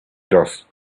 dust